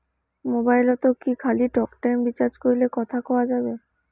মোবাইলত কি খালি টকটাইম রিচার্জ করিলে কথা কয়া যাবে?